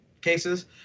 cases